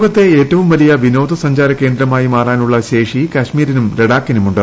ലോകത്തെ ഏറ്റവും വലിയ വിനോദസഞ്ചാര്യ്ക്ക്രേന്ദ്രമായി മാറാനുള്ള ശേഷി കാഷ്മീരിനും ലഡാക്കിനുമുണ്ട്